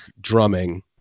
drumming